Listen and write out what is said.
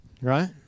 Right